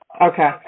Okay